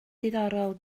diddorol